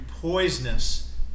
poisonous